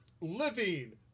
living